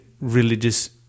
religious